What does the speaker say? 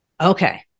Okay